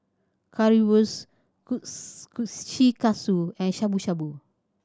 Currywurst Kushikatsu and Shabu Shabu